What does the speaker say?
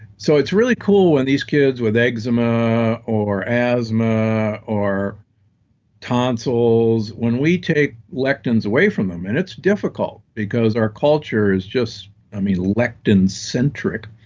so it's really cool when these kids with eczema, or asthma, or tonsils. when we take lectins away from them, and it's difficult because our culture is just um lectin centric.